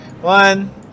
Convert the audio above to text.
one